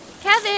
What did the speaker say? Kevin